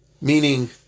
Meaning